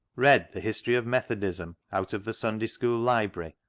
read the history of methodism out of the sunday school library,